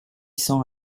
cents